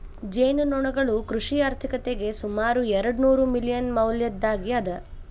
ಜೇನುನೊಣಗಳು ಕೃಷಿ ಆರ್ಥಿಕತೆಗೆ ಸುಮಾರು ಎರ್ಡುನೂರು ಮಿಲಿಯನ್ ಮೌಲ್ಯದ್ದಾಗಿ ಅದ